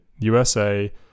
USA